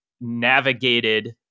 navigated